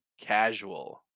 casual